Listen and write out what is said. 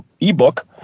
ebook